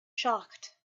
shocked